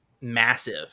massive